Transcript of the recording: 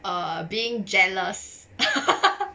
err being jealous